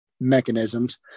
mechanisms